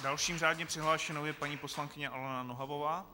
Další řádně přihlášenou je paní poslankyně Alena Nohavová.